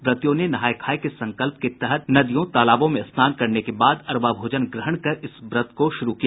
व्रतियों ने नहाय खाय के संकल्प के तहत नदियों तालाबों में स्नान करने के बाद अरवा भोजन ग्रहण कर इस व्रत को शुरू किया